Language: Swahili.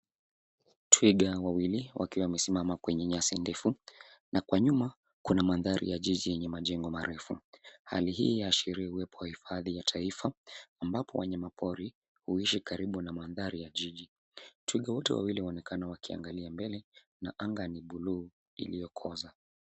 Twiga wawili, wakiwa wamesimama kwenye nyasi ndefu, na kwa nyuma kuna mandhari ya jiji yenye majengo marefu. Hali hii yaashiria uwepo wa hifadhi ya taifa, ambapo wanyamapori huishi karibu na mandhari ya jiji. Twiga wote wawili waonekana wakiangalia mbele, na anga ni buluu iliyokoza.